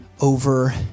Over